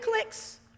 clicks